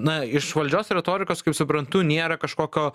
na iš valdžios retorikos kaip suprantu nėra kažkokio